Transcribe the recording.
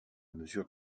mesure